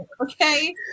okay